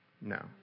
No